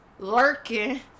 Lurking